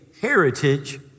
heritage